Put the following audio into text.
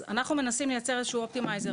אנחנו מנסים לייצר איזה אופטימייזר